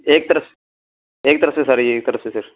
ایک طرف ایک طرف سے ساری ایک طرف سے سر